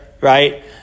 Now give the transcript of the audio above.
right